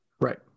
Right